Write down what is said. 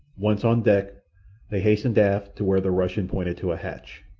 once on deck they hastened aft to where the russian pointed to a hatch.